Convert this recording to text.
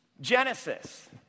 Genesis